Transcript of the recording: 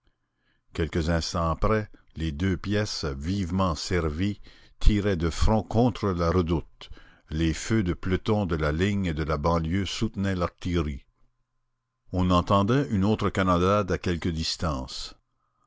quelques instants après les deux pièces vivement servies tiraient de front contre la redoute les feux de peloton de la ligne et de la banlieue soutenaient l'artillerie on entendait une autre canonnade à quelque distance